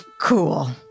Cool